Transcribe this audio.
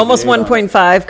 almost one point five